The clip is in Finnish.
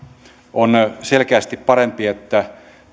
on selkeästi parempi että